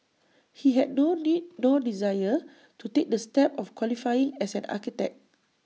he had no need nor desire to take the step of qualifying as an architect